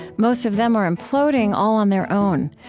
most of them are imploding all on their own.